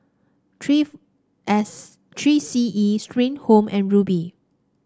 Three S Three C E Spring Home and Rubi